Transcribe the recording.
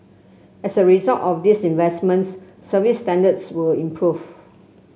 as a result of these investments service standards will improve